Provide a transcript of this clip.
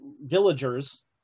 villagers